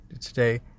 today